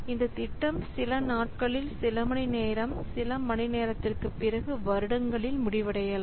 அந்த திட்டம் சில நாட்களில் சில மணி நேரம் சில மணி நேரத்திற்கு பிறகு வருடங்களில் முடிவடையலாம்